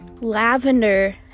lavender